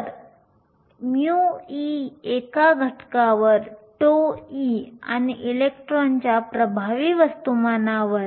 तर μe एका घटकावर τe आणि इलेक्ट्रॉनच्या प्रभावी वस्तुमानावर